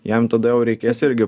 jam tada jau reikės irgi